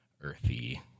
earthy